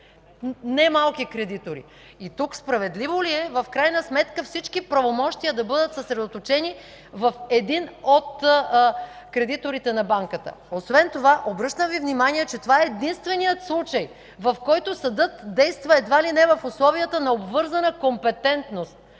немалки кредитори. Справедливо ли е тук всички правомощия да бъдат съсредоточени в един от кредиторите на банката? Обръщам Ви освен това внимание, че това е единственият случай, в който съдът действа едва ли не в условията на обвързана компетентност.